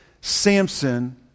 Samson